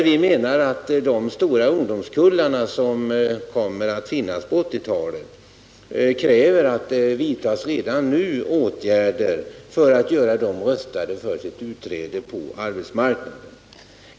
Vi menar att de stora ungdomskullar som kommer att finnas på 1980-talet redan nu kräver åtgärder för att göra dem rustade för inträde på arbetsmarknaden.